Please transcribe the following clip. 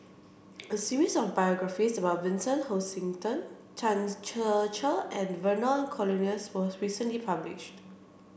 a series of biographies about Vincent Hoisington Ser Cher and Vernon Cornelius was recently published